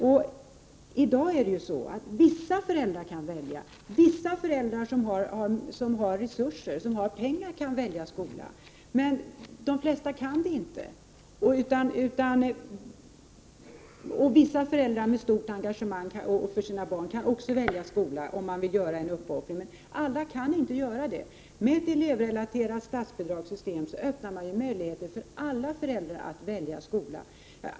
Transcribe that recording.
I dag kan vissa föräldrar välja, vissa föräldrar som har pengar kan välja skola, men de flesta kan det inte. Även vissa föräldrar med stort engagemang för sina barn kan välja skola, om de vill göra en uppoffring, men alla kan inte det. Med ett elevrelaterat statsbidragssystem öppnar man ju möjligheter för alla föräldrar att välja skola.